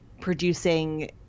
producing